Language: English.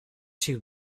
too